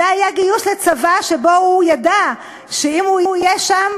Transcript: זה היה גיוס לצבא שהוא ידע שאם הוא יהיה בו,